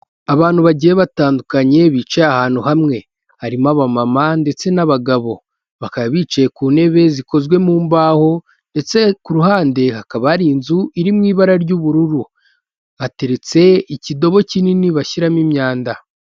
Abantu bagiye batandukanye bicaye ahantu hamwe, harimo abamama ndetse n'abagabo. Bakaba bicaye ku ntebe zikozwe mu mbaho ndetse ku ruhande hakaba hari inzu iri mu ibara ry'ubururu. Hateretse ikidobo kinini bashyiramo imyanda.